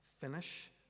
finish